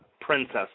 princess